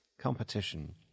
competition